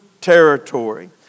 territory